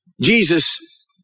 Jesus